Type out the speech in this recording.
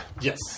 yes